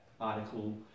article